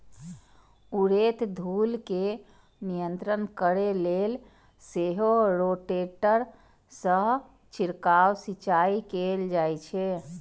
उड़ैत धूल कें नियंत्रित करै लेल सेहो रोटेटर सं छिड़काव सिंचाइ कैल जाइ छै